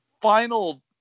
final